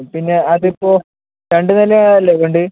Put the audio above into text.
പിന്നെ അതിപ്പോൾ രണ്ടു നിലയാണല്ലേ വേണ്ടത്